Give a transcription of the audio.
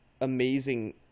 amazing